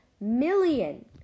million